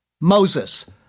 Moses